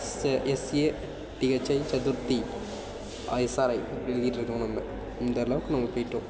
say S A D H I Chaturthi S R I இப்படி எழுதிட்டுருக்கோம் நம்ம இந்த அளவுக்கு நாம போயிவிட்டோம்